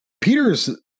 Peter's